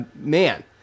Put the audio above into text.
Man